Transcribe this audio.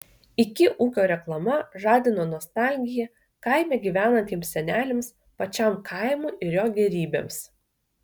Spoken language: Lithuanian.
iki ūkio reklama žadino nostalgiją kaime gyvenantiems seneliams pačiam kaimui ir jo gėrybėms